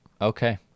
Okay